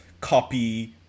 copy